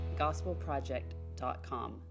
gospelproject.com